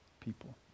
people